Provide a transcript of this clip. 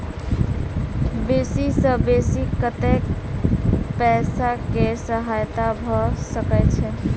बेसी सऽ बेसी कतै पैसा केँ सहायता भऽ सकय छै?